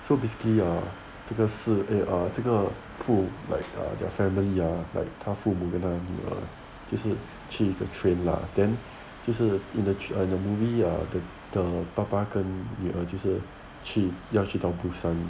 so basically ah 这个是 eh ah 这个 full like their family ya like 他父母跟他女儿这是去 the train lah then 就是 in the at the movie ah the 爸爸跟女儿就是去要去要去到 busan